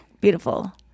beautiful